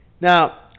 Now